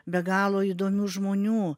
be galo įdomių žmonių